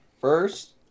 first